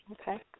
Okay